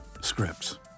scripts